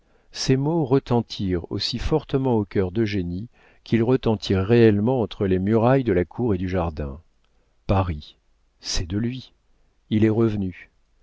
ces mots retentirent aussi fortement au cœur d'eugénie qu'ils retentirent réellement entre les murailles de la cour et du jardin paris c'est de lui il est revenu